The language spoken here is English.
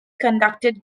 conducted